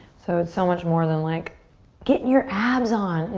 so it's so much more than like getting your abs on.